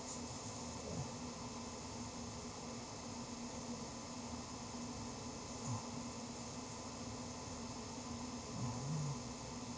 oh orh